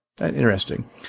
interesting